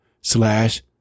slash